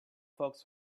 folks